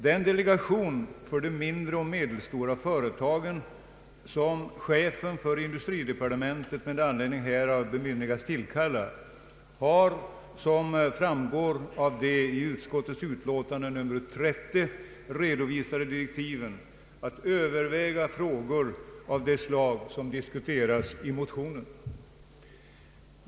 Den delegation för de mindre och medelstora företagen som chefen för industridepartementet med anledning härav bemyndigats tillkalla har som framgår av de i utskottets utlåtande nr 30 redovisade direktiven, att överväga frågor av det slag som diskuteras i motionen.